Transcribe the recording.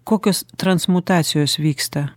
kokios transmutacijos vyksta